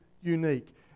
unique